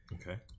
Okay